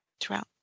Throughout